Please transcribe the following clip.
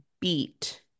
beat